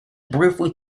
briefly